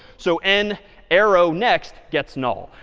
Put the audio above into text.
so n arrow next gets null.